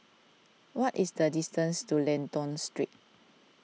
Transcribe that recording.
what is the distance to Lentor Street